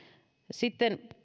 sitten